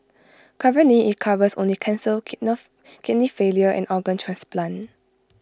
currently IT covers only cancer kidney failure and organ transplant